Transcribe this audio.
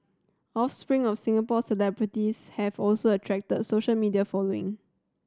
offspring of Singapore celebrities have also attracted social media following